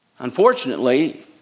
Unfortunately